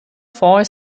fonds